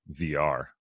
VR